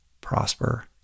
prosper